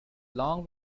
long